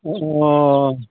अ